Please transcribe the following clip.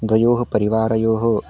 द्वयोः परिवारयोः